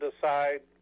decide